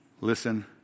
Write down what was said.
Listen